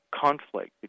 conflict